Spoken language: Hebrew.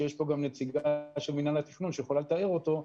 ויש פה נציגה של מינהל התכנון שיכולה לתאר אותו.